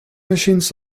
machines